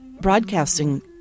Broadcasting